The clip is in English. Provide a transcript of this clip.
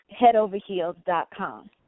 headoverheels.com